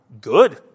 good